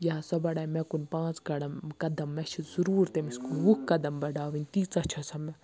یا سۄ بَڑایہِ مےٚ کُن پانژھ قڑم قدم مےٚ چھِ ضروٗر تٔمِس کُن وُہ قدم بڑاوٕنۍ تیٖژاہ چھےٚ سۄ مےٚ